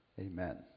Amen